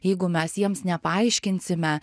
jeigu mes jiems nepaaiškinsime